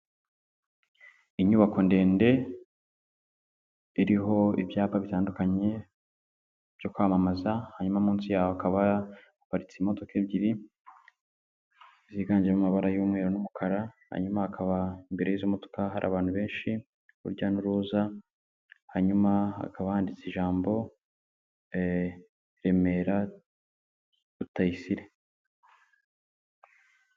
Inyubako ndende iriho ibyapa bitandukanye byo kwamamaza, hanyuma munsi yaho hakaba haparitse imodoka ebyiri ziganjemo amabara y'umweru n'umukara, hanyuma hakaba imbere y'izo modoka hari abantu benshi, urujya n'uruza, hanyuma hakaba handitse ijambo Remera, Rutayisire.